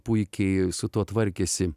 puikiai su tuo tvarkėsi